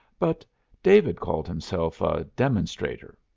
but david called himself a demonstrator.